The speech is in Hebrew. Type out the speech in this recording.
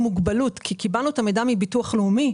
מוגבלות כי קיבלנו את המידע מביטוח לאומי,